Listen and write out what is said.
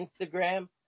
Instagram